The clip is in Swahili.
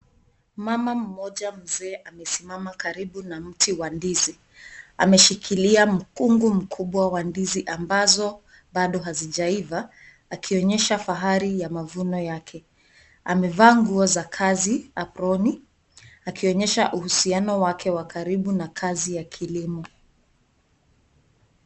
Mama mmoja mzee amesimama karibu na mti wa ndizi. Ameshikilia mkungu mkubwa wa ndizi ambazo bado hazijaiva akionyesha fahari ya mavuno yake. Amevaa nguo za kazi aproni akionyesha uhusiano wake wa karibu na kazi ya kilimo.